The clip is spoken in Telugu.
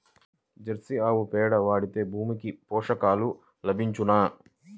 జెర్సీ ఆవు పేడ వాడితే భూమికి పోషకాలు లభించునా?